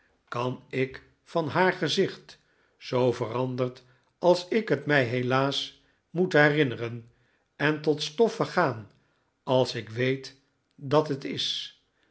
kan ik van haar gezicht zoo veranderd als ik het mij helaas moet herinneren en tot stof vergaan als ik weet dat het is